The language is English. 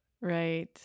Right